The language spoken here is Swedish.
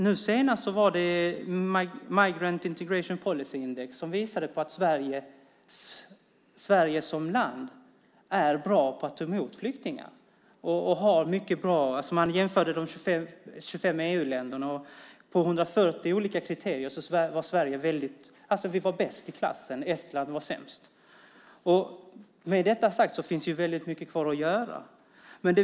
Nu senast var det Migrant Integration Policy Index som visade att Sverige som land är bra på att ta emot flyktingar. Man jämförde de 25 EU-länderna. På 140 olika kriterier var Sverige bäst i klassen, och Estland var sämst. Med detta sagt finns väldigt mycket kvar att göra.